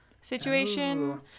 situation